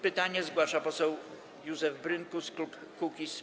Pytanie zgłasza poseł Józef Brynkus, klub Kukiz’15.